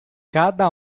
cada